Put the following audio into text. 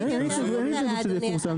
אין לנו התנגדות שזה יפורסם.